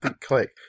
click